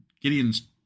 Gideon's